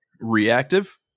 Reactive